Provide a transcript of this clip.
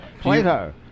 Plato